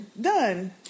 done